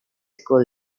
school